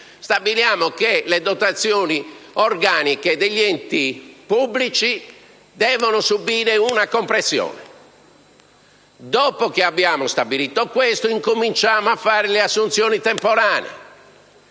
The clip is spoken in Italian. stabiliamo che le dotazioni organiche degli enti pubblici devono subire una compressione. Dopo che abbiamo stabilito ciò, incominciamo a fare assunzioni temporanee